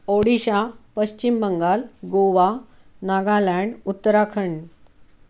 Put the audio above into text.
Odisha Paschim Bangal Goa Nagaland Uttarakhand